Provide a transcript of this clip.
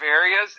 areas